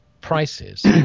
prices